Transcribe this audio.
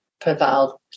prevailed